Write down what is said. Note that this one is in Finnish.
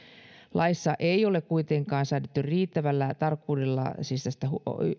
laissa ei ole säädetty riittävällä tarkkuudella